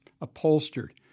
upholstered